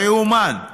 לא יאומן,